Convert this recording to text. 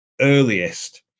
earliest